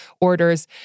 orders